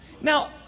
Now